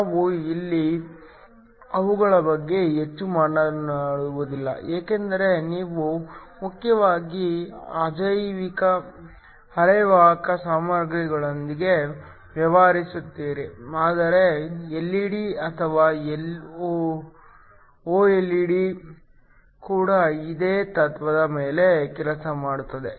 ನಾವು ಇಲ್ಲಿ ಅವುಗಳ ಬಗ್ಗೆ ಹೆಚ್ಚು ಮಾತನಾಡುವುದಿಲ್ಲ ಏಕೆಂದರೆ ನೀವು ಮುಖ್ಯವಾಗಿ ಅಜೈವಿಕ ಅರೆವಾಹಕ ಸಾಮಗ್ರಿಗಳೊಂದಿಗೆ ವ್ಯವಹರಿಸುತ್ತೀರಿ ಆದರೆ ಎಲ್ಇಡಿ ಅಥವಾ ಒಎಲ್ಇಡಿ ಕೂಡ ಇದೇ ತತ್ವದ ಮೇಲೆ ಕೆಲಸ ಮಾಡುತ್ತದೆ